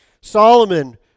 Solomon